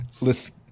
listen